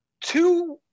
two